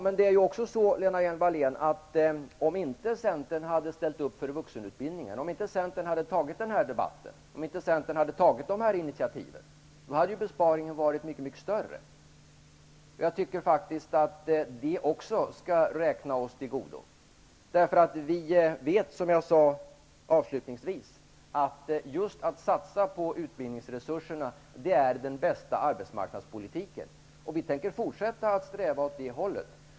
Men om inte Centern hade ställt upp för vuxenutbildningen och tagit den här debatten och dessa initiativ hade besparingen varit mycket större. Det skall också räknas oss till godo. Vi vet att den bästa arbetsmarknadspolitiken är att satsa på utbildningsresurserna. Vi tänker fortsätta att sträva åt det hållet.